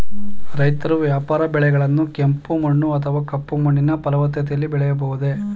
ರೈತರು ವ್ಯಾಪಾರ ಬೆಳೆಗಳನ್ನು ಕೆಂಪು ಮಣ್ಣು ಅಥವಾ ಕಪ್ಪು ಮಣ್ಣಿನ ಫಲವತ್ತತೆಯಲ್ಲಿ ಬೆಳೆಯಬಹುದೇ?